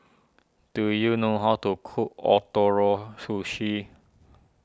do you know how to cook Ootoro Sushi